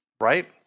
right